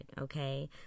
okay